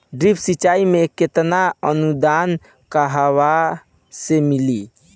Drip सिंचाई मे केतना अनुदान कहवा से मिली?